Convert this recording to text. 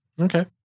okay